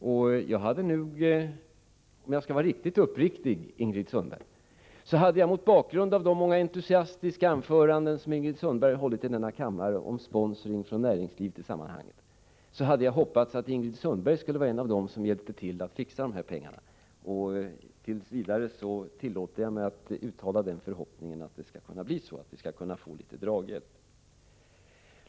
Om jag skall vara riktigt uppriktig hade jag mot bakgrund av de många entusiastiska anföranden som Ingrid Sundberg har hållit i denna kammare om sponsoring från näringslivet i sammanhanget hoppats att Ingrid Sundberg skulle vara en av dem som hjäpte till att fixa de här pengarna. Tills vidare tillåter jag mig att uttala förhoppningen att det skall kunna bli så och att vi kan få litet draghjälp.